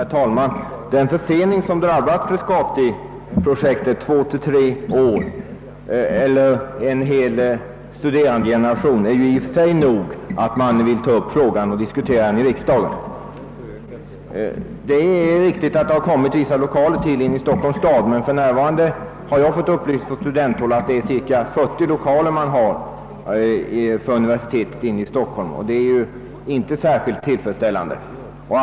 Herr talman! Den försening som har drabbat Frescatiprojektet — två, tre år eller en hel :studerandegeneration — är i och för sig nog för att man skall vilja diskutera frågan i riksdagen. Det är riktigt att vissa lokaler har tillkommit inne i Stockholm. Jag har från studenthåll fått upplysningen att universitetet för närvarande har cirka 40 lokaler, vilket inte är särskilt tillfredsställande.